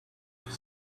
for